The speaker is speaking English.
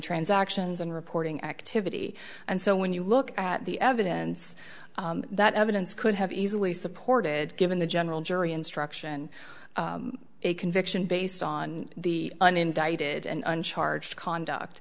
transactions and reporting activity and so when you look at the evidence that evidence could have easily supported given the general jury instruction a conviction based on the unindicted and uncharged conduct